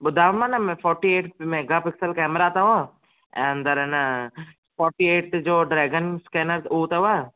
ॿुधायोमाव न forty eight megapixel camera अथव ऐं अंदरि ए न फोर्टी एट जो ड्रैगन स्केनर हो अथव